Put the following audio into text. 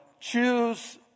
choose